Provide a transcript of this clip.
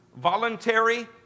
voluntary